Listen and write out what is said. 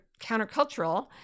countercultural